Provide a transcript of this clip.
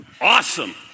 Awesome